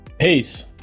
Peace